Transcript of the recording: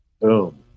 boom